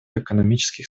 экономических